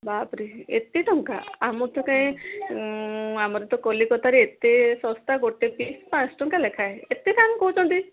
ବାପ୍ରେ ଏତେ ଟଙ୍କା ଆମ ତ କାଇଁ ଆମର ତ କଲିକତାରେ ଏତେ ଶସ୍ତା ଗୋଟେ ପିସ୍ ପାଞ୍ଚ ଟଙ୍କା ଲେଖାଏଁ ଏତେ କମ୍ କହୁଛନ୍ତି